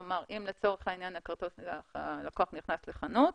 כלומר, אם לצורך העניין הלקוח נכנס לחנות,